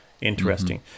interesting